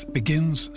begins